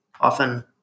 often